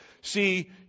see